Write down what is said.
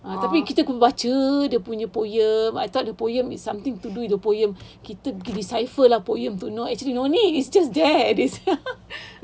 tapi kita pun baca dia punya poem I thought the poem is something to do with the poem kita gi decipher the poem to know actually no need it's just there